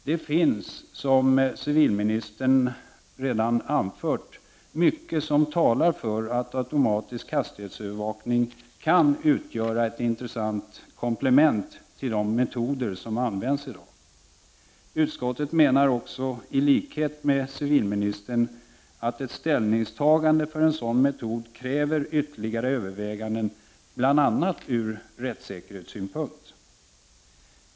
Det finns, som civilministern anfört, mycket som talar för att automatisk hastighetsövervakning kan utgöra ett intressant komplement till de metoder som används i dag. Utskottet menar också i likhet med civilministern att ett ställningstagande för en sådan metod kräver ytterligare överväganden bl.a. ur rättssäkerhetssynpunkt.